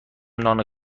نان